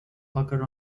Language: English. occur